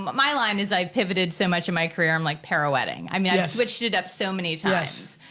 my line is i've pivoted so much in my career i'm like pirouetting. i mean i've switched it up so many times.